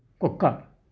కుక్క